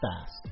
fast